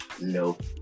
nope